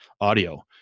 audio